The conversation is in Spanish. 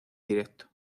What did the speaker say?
directo